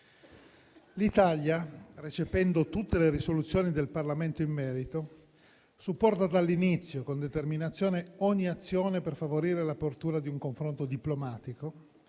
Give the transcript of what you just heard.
L'Italia, recependo tutte le risoluzioni del Parlamento in merito, supporta dall'inizio con determinazione ogni azione per favorire l'apertura di un confronto diplomatico